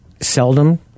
seldom